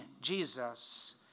Jesus